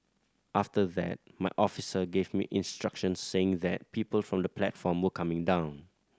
after that my officer gave me instructions saying that people from the platform were coming down